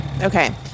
Okay